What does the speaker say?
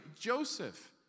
Joseph